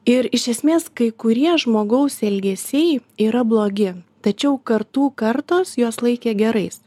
ir iš esmės kai kurie žmogaus elgesiai yra blogi tačiau kartų kartos juos laikė gerais